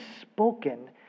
spoken